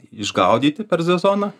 išgaudyti per sezoną